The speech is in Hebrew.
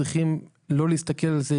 אנחנו צריכים לראות זה